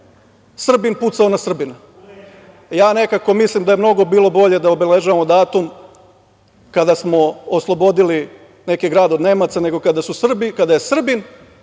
Srbin pucao na Srbina. Nekako mislim da bi bilo mnogo bolje da obeležavamo datum kada smo oslobodili neki grad od Nemaca, nego kada su Srbi, kada je Srbin